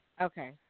Okay